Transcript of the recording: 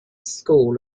school